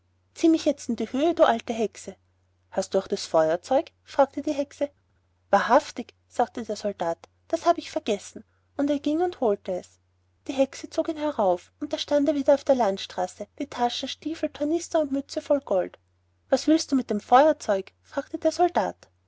zieh mich jetzt in die höhe du alte hexe hast du auch das feuerzeug fragte die hexe wahrhaftig sagte der soldat das habe ich vergessen und er ging und holte es die hexe zog ihn herauf und da stand er wieder auf der landstraße die taschen stiefel tornister und mütze voll gold was willst du mit dem feuerzeug fragte der soldat